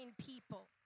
people